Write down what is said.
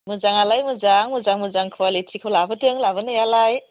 मोजाङालाय मोजां मोजां मोजां कुवालिटिखौ लाबोदों लाबोनायालाय